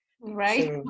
Right